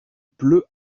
pleut